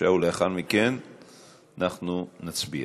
לאחר מכן אנחנו נצביע.